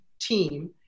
team